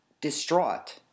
distraught